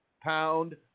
pound